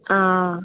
आं